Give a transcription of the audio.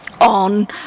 On